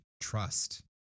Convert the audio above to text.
trust